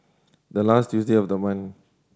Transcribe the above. the last Tuesday of the month